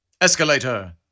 Escalator